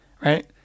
right